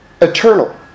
eternal